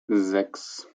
sechs